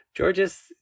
Georges